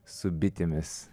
su bitėmis